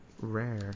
rare